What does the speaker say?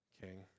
king